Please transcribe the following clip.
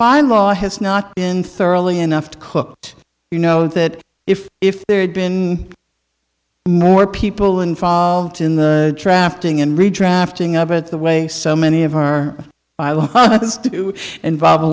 bylaw has not been thoroughly enough cooked you know that if if there had been more people involved in the drafting and redrafting of it the way so many of our kids do involve a